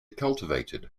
cultivated